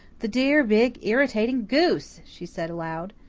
the dear, big, irritating goose! she said aloud.